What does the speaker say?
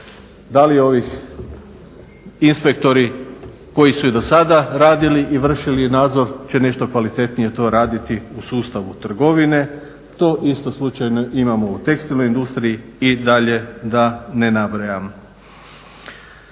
Da li ovi inspektori koji su i do sada radili i vršili nadzor će nešto kvalitetnije to raditi u sustavu trgovine? To isto slučajno imamo u tekstilnoj industriji i dalje da ne nabrajam.